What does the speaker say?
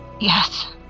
Yes